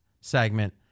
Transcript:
segment